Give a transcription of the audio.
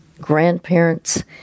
grandparents